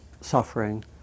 suffering